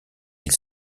ils